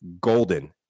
golden